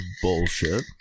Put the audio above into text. Bullshit